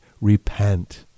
Repent